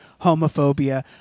homophobia